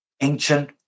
ancient